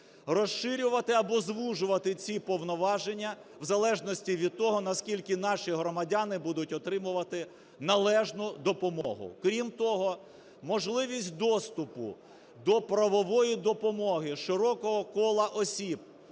розширювати або звужувати ці повноваження в залежності від того, наскільки наші громадяни будуть отримувати належну допомогу. Крім того, можливість доступу до правової допомоги широкого кола осіб,